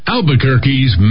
Albuquerque's